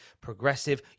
progressive